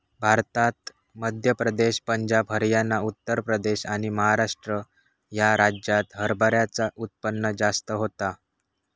भारतात मध्य प्रदेश, पंजाब, हरयाना, उत्तर प्रदेश आणि महाराष्ट्र ह्या राज्यांत हरभऱ्याचा उत्पन्न जास्त होता